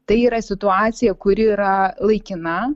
tai yra situacija kuri yra laikina